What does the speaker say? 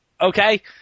Okay